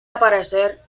aparecer